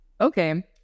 Okay